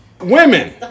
women